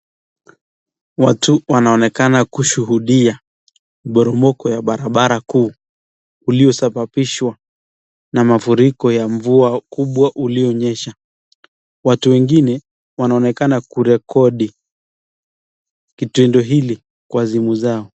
Watu wanaonekana kushuhudia poromoko wa barabara kuu uliosababishwa na mafuriko ya mvua kubwa ulionyesha. Watu wengine wanaonekana kurekodi kitendo hili kwa simu zao.